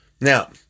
Now